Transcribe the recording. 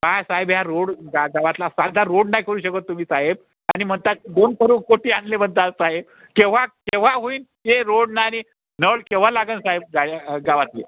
काय साहेब ह्या रोड गा गावातला साधा रोड नाही करू शकत तुम्ही साहेब आणि म्हणता दोन करू कोटी आणले म्हणता साहेब केव्हा केव्हा होईन ते रोडनं आणि नळ केव्हा लागंन साहेब गा गावातले